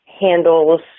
handles –